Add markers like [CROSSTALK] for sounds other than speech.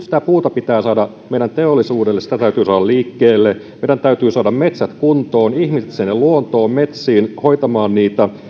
[UNINTELLIGIBLE] sitä puuta pitää saada meidän teollisuudelle sitä täytyy saada liikkeelle meidän täytyy saada metsät kuntoon ihmiset sinne luontoon metsiin hoitamaan niitä